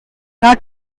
not